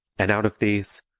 and out of these,